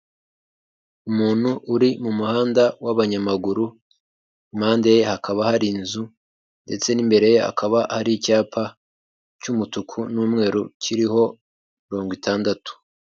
Umuntu uri mu muhanda w'abanyamaguru, impande ye hakaba hari inzu ndetse n'imbere ye hakaba hari icyapa cy'umutuku n'umweru kiriho mirongo itandatu.